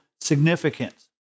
significance